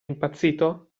impazzito